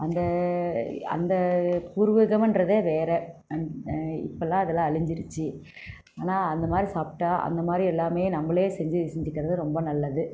அந்த அந்த பூர்வீகம்கிறதே வேறு இப்பெலாம் அதெல்லாம் அழிஞ்சிடுச்சு ஆனால் அந்த மாதிரி சாப்பிட்டா அந்த மாதிரி எல்லாமே நம்மளே செஞ்சு செஞ்சிக்கிறது ரொம்ப நல்லது